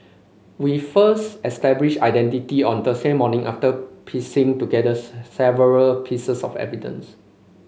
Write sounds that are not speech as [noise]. we first established identity on Thursday morning after piecing together [unintelligible] several pieces of evidence